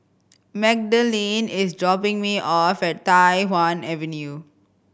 Magdalene is dropping me off at Tai Hwan Avenue